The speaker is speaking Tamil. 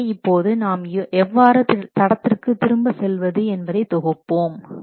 எனவே இப்போது நாம் எவ்வாறு தடத்திற்கு திரும்ப செல்வது என்பதை தொகுப்போம்